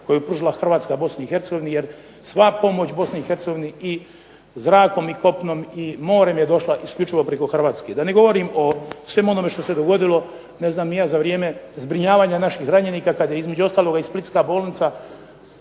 koju je pružila Hrvatska Bosni i Hercegovini, jer sva pomoć Bosni i Hercegovini i zrakom i kopnom i morem je došla isključivo preko Hrvatske. Da ne govorimo o svemu onome što se dogodilo za vrijeme zbrinjavanja naših ranjenika kada je između ostaloga i Splitska bolnica